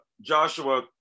joshua